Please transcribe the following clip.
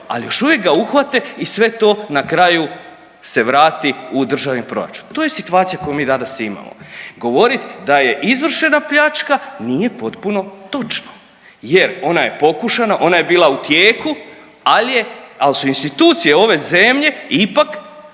ali još uvijek ga uhvate i sve to na kraju se vrati u državni proračun. To je situacija koju mi danas imamo. Govoriti da je izvršena pljačka nije potpuno točno jer ona je pokušana, ona je bila u tijeku, ali je, ali su institucije ove zemlje ipak